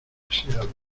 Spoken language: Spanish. deseado